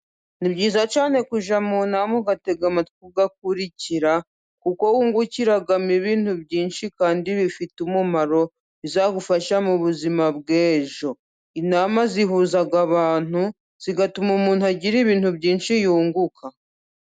Ni byiza cyane kujya mu nama ,ugatega amatwi ,ugakurikira kuko wungukiramo ibintu byinshi kandi bifite umumaro bizagufasha mu buzima bw'ejo. Inama zihuza abantu ,zigatuma umuntu agira ibintu byinshi yunguka.